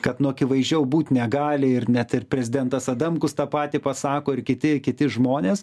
kad nu akivaizdžiau būti negali ir net ir prezidentas adamkus tą patį pasako ir kiti kiti žmonės